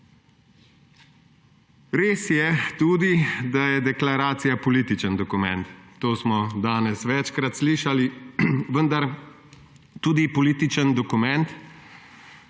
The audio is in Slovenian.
Res je tudi, da je deklaracija politični dokument, to smo danes večkrat slišali, vendar tudi politični dokument,